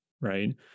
right